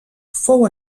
fou